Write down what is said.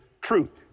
truth